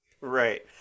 Right